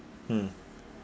mm